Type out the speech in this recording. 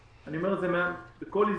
אני אומר את זה בכל הזדמנות.